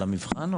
על המבחן?